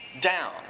down